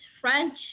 French